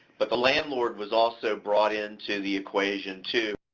but the landlord was also brought in to the equation, too,